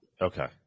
Okay